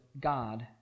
God